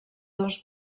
dos